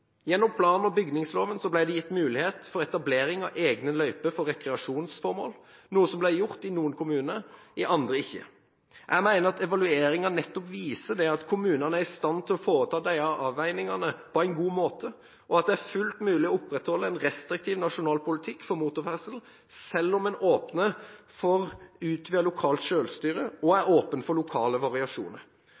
Gjennom plan- og bygningsloven ble det gitt mulighet for etablering av egne løyper for rekreasjonsformål – noe som ble gjort i noen kommuner, i andre ikke. Jeg mener at evalueringen nettopp viser at kommunene er i stand til å foreta disse avveiningene på en god måte, og at det er fullt mulig å opprettholde en restriktiv nasjonal politikk for motorferdsel, selv om en åpner for utvidet lokalt selvstyre og er åpen for lokale variasjoner.